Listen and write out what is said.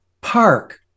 park